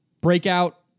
breakout